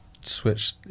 switch